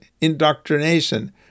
indoctrination